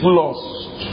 lost